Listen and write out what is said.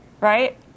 Right